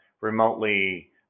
remotely